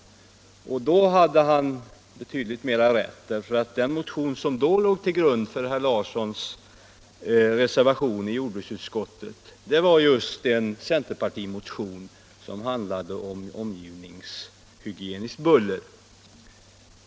Då hade han betydligt mer rätt, för den motion som då låg till grund för herr Larssons reservation i jordbruksutskottet var just en centerpartimotion som handlade om omgivningshygieniskt buller.